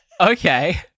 Okay